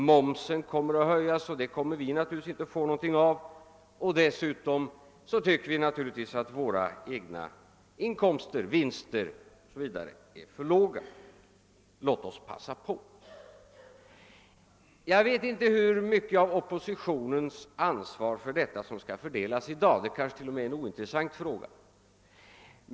Momsen kommer att höjas men det kommer vi naturligtvis inte att få någonting av, och dessutom tycker vi naturligtvis att våra egna inkomster och vinster är för låga. Låt oss passa på! Jag vet inte hur oppositionens ansvar för detta skall fördelas i dag. Det kanske är en ointressant fråga.